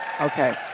Okay